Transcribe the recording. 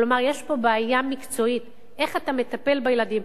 כלומר יש פה בעיה מקצועית: איך אתה מטפל בילדים,